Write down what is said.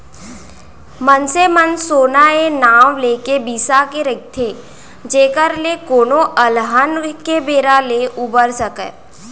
मनसे मन सोना ए नांव लेके बिसा के राखथे जेखर ले कोनो अलहन के बेरा ले उबर सकय